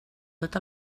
tot